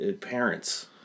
Parents